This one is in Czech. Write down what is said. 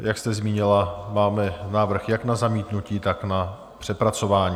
Jak jste zmínila, máme návrh jak na zamítnutí, tak na přepracování.